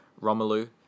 Romelu